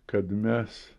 kad mes